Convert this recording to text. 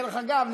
דרך אגב,